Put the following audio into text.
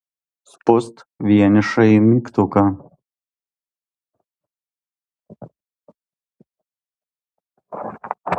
spust vienišąjį mygtuką